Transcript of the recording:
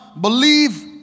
believe